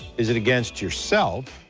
is it against yourself?